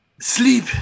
sleep